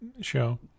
show